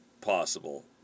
possible